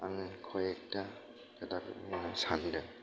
आंङो कय एकता खोथाखौ बुंनो सानदों